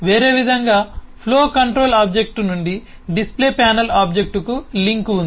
వేరే విధంగా flow control object నుండి డిస్ప్లే ప్యానెల్ ఆబ్జెక్ట్కు లింక్ ఉంది